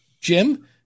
Jim